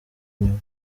inyuma